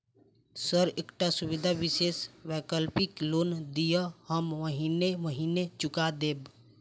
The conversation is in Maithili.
सर एकटा सुविधा विशेष वैकल्पिक लोन दिऽ हम महीने महीने चुका देब?